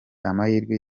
amahirwe